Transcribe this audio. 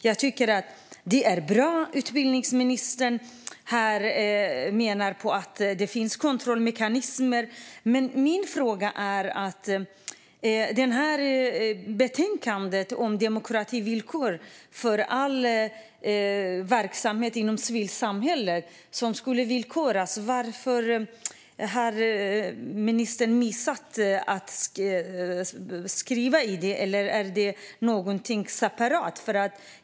Jag tycker att det som utbildningsministern pekar på här om att det finns kontrollmekanismer är bra, men min fråga handlar om betänkandet om demokrativillkor för all verksamhet inom civilsamhället. Har ministern missat att skriva in det, eller är det någonting separat?